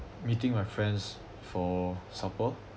meeting my friends for supper